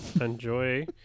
Enjoy